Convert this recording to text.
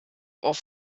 auf